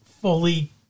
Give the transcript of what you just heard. fully